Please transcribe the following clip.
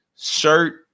shirt